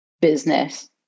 business